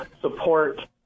support